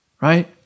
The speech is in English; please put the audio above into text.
Right